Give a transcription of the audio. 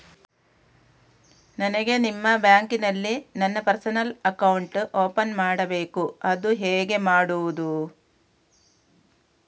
ನನಗೆ ನಿಮ್ಮ ಬ್ಯಾಂಕಿನಲ್ಲಿ ನನ್ನ ಪರ್ಸನಲ್ ಅಕೌಂಟ್ ಓಪನ್ ಮಾಡಬೇಕು ಅದು ಹೇಗೆ ಮಾಡುವುದು?